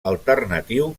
alternatiu